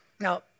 Now